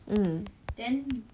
mm